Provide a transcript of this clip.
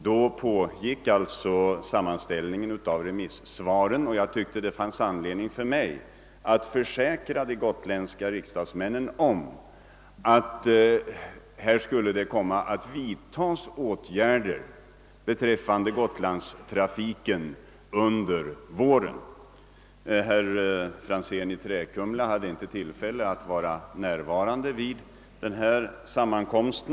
Då pågick sammanställningen av remissvaren men jag tyckte att det ändock fanns anledning för mig att försäkra de gotländska riksdagsmännen om att åtgärder beträffande gotlandstrafiken skulle komma att vidtagas under våren. Herr Franzén i Träkumla hade inte tillfälle att närvara vid denna sammankomst.